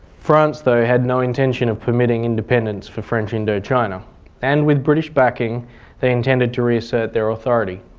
france, though, had no intention of permitting independence for french indochina and with british backing they intended to reassert their authority.